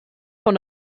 von